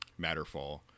Matterfall